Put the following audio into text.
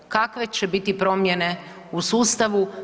Kakve će biti promjene u sustavu?